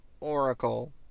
Oracle